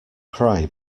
cry